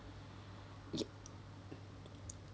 yeah